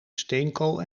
steenkool